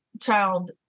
child